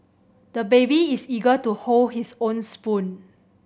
the baby is eager to hold his own spoon